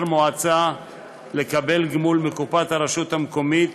מועצה לקבל גמול מקופת הרשות המקומית